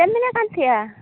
ᱪᱮᱫ ᱮᱢ ᱢᱮᱱᱮᱫ ᱠᱟᱱ ᱛᱟᱦᱮᱱᱟ